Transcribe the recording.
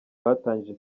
batangije